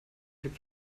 liegt